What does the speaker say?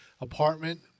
apartment